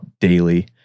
daily